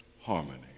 harmony